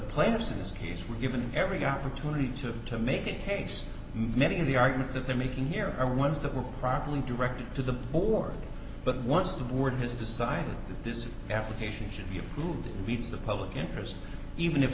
players in this case were given every opportunity to to make a case many of the argument that they're making here are ones that were properly directed to the war but once the board has decided that this application should be approved it meets the public interest even if